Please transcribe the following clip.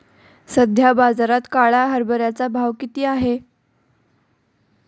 सध्या बाजारात काळ्या हरभऱ्याचा भाव किती आहे?